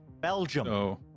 Belgium